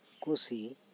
ᱠᱩᱥᱤ